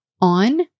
on